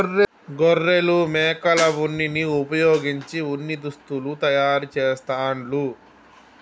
గొర్రెలు మేకల ఉన్నిని వుపయోగించి ఉన్ని దుస్తులు తయారు చేస్తాండ్లు